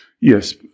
Yes